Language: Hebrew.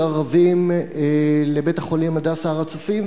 ערבים לבית-החולים "הדסה הר-הצופים",